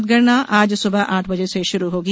मतगणना आज सुबह आठ बजे से शुरू होगी